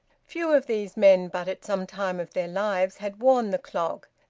few of these men but at some time of their lives had worn the clog,